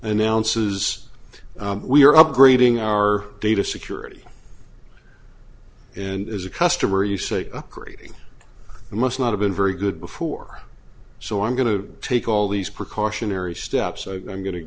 announces we are upgrading our data security and as a customer you say upgrading must not have been very good before so i'm going to take all these precautionary steps so i'm going to